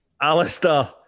Alistair